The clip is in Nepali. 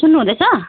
सुन्नुहुँदैछ